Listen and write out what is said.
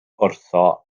wrtho